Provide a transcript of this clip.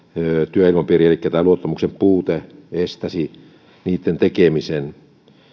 työilmapiiri elikkä tämä luottamuksen puute estäisi niitten tekemisen